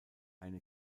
eine